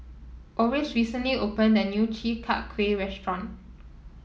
Oris recently opened a new Chi Kak Kuih restaurant